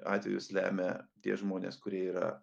atvejus lemia tie žmonės kurie yra